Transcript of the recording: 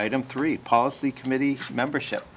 item three policy committee membership